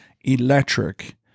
electric